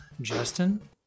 Justin